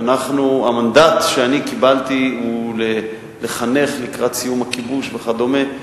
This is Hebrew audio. המנדט שאני קיבלתי הוא לחנך לקראת סיום הכיבוש וכדומה,